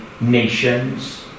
nations